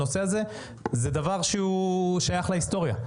זה דבר ששייך להיסטוריה.